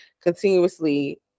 continuously